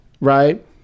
right